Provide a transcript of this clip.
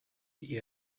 die